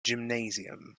gymnasium